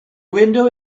window